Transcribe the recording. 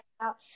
out